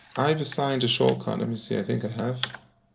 i've assigned a shortcut, let me see, i think i have,